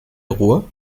ruhr